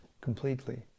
completely